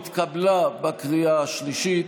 התקבלה בקריאה השלישית,